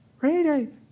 Right